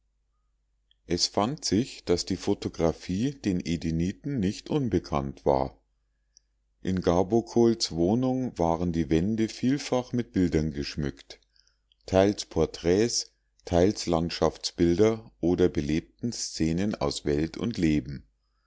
es fand sich daß die photographie den edeniten nicht unbekannt war in gabokols wohnung waren die wände vielfach mit bildern geschmückt teils porträts teils landschaftsbilder oder belebte szenen aus welt und leben